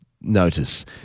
notice